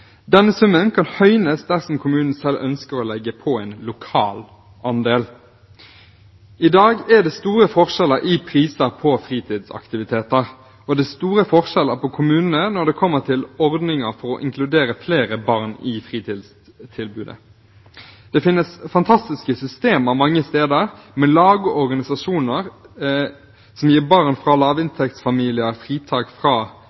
Denne summen kan høynes dersom kommunen selv ønsker å legge på en lokal andel. I dag er det store forskjeller i priser på fritidsaktiviteter, og det er store forskjeller mellom kommunene når det kommer til ordninger for å inkludere flere barn i fritidstilbud. Det finnes fantastiske systemer mange steder, med lag og organisasjoner som gir barn fra lavinntektsfamilier fritak fra